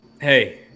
hey